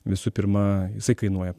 visų pirma jisai kainuoja